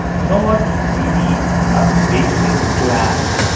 you know what? we need a basic plan.